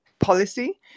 policy